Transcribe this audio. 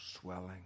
swelling